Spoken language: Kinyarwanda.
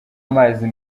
amazi